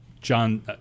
John